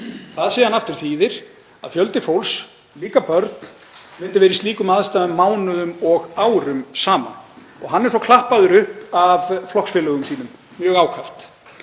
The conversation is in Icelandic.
Það þýðir síðan aftur að fjöldi fólks, líka börn, myndi vera í slíkum aðstæðum mánuðum og árum saman. Hann er svo klappaður upp af flokksfélögum sínum, mjög ákaft.